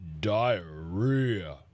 diarrhea